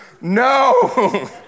No